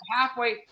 halfway